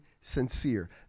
sincere